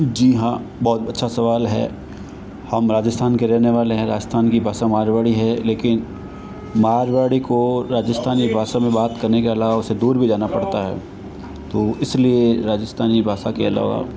जी हाँ बहुत अच्छा सवाल है हम राजस्थान के रहने वाले है राजस्थान भी बहुत सा मारवाड़ी है लेकिन मारवाड़ी को राजस्थानी भाषा में बात करने के अलावा उसे दूर भी जाना पड़ता है तो इसलिए राजस्थानी भाषा के अलावा